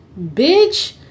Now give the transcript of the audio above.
bitch